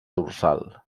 dorsal